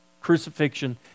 crucifixion